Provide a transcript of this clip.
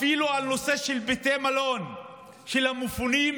אפילו על נושא של בתי מלון של המפונים,